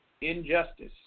injustice